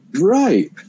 right